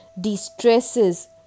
distresses